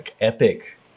epic